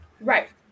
Right